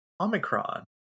Omicron